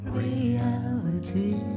reality